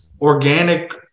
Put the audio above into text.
organic